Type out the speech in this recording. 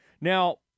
Now